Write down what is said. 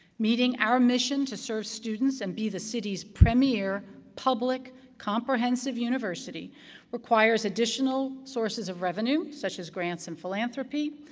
meeting our mission to serve students and be the city's premiere public, comprehensive university requires additional sources of revenue, such as grants and philanthropy,